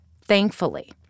Thankfully